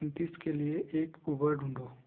उन्तीस के लिए एक ऊबर ढूंढो